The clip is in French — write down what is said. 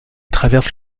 traverse